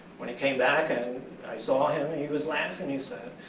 when he came back and i saw him, and he was laughing. he said,